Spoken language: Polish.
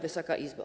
Wysoka Izbo!